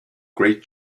great